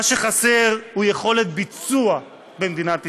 מה שחסר הוא יכולת ביצוע במדינת ישראל,